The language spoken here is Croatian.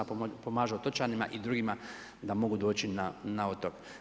Pomažu otočanima i drugima da mogu doći na otok.